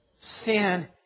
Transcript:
Sin